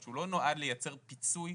שהוא לא נועד לייצר פיצוי.